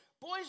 Boys